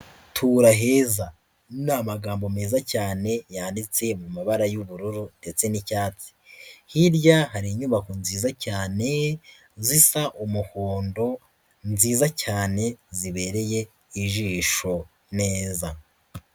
Tura heza ni amagambo meza cyane yanditse mu mabara y'ubururu ndetse n'icyatsi, hirya hari inyubako nziza cyane zisa umuhondo nziza cyane zibereye ijisho neza.